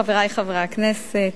חברי חברי הכנסת,